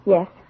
Yes